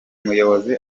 muyobozi